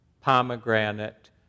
pomegranate